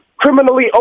criminally